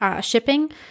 shipping